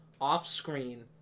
off-screen